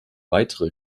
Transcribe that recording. weitere